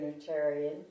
Unitarian